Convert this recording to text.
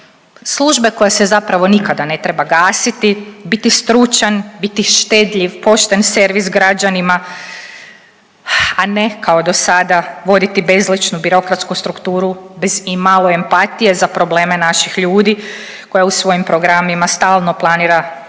službe koja se zapravo nikada ne treba gasiti, biti stručan, biti štedljiv, pošten servis građanima, a ne kao dosada voditi bezličnu birokratsku strukturu bez imalo empatije za probleme naših ljudi koja u svojim programima stalno planira samo